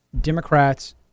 Democrats